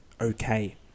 okay